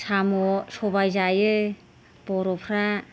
साम' सबाय जायो बर'फ्रा